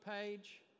page